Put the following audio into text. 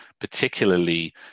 particularly